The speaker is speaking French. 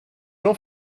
jean